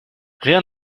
rien